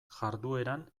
jardueran